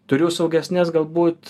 turiu saugesnes galbūt